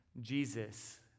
Jesus